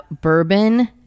bourbon